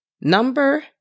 Number